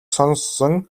сонссон